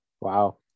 Wow